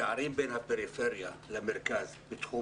הפערים בין הפריפריה והמרכז בתחום